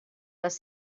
les